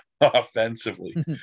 offensively